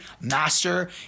master